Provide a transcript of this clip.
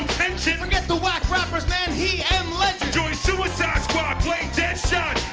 forget the wack rappers, man, he am legend joined suicide squad, played deadshot